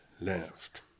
left